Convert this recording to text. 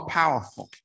powerful